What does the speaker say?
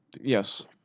Yes